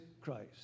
Christ